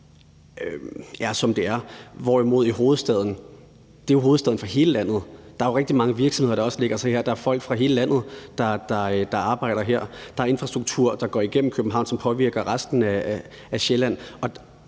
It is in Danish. som det er, hvorimod hovedstaden jo er hovedstad for hele landet. Der er rigtig mange virksomheder, der også lægger sig her, og der er folk fra hele landet, der arbejder her. Der er infrastruktur, der går igennem København, som påvirker resten af Sjælland,